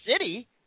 city